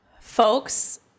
Folks